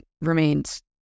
remains